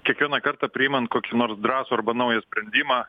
kiekvieną kartą priimant kokį nors drąsų arba naują sprendimą